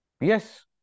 yes